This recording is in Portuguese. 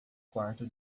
quarto